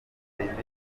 serivisi